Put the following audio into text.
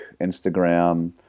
Instagram